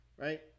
right